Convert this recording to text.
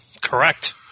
Correct